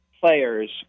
players